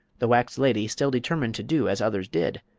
the wax lady, still determined to do as others did,